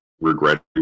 regret